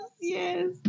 Yes